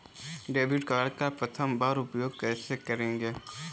Debit card का प्रथम बार उपयोग कैसे करेंगे?